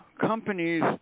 Companies